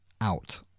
out